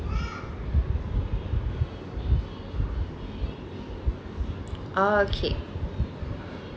okay